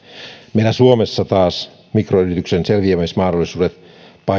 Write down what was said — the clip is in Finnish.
meillä suomessa taas mikroyrityksen selviämismahdollisuudet